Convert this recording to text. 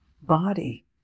body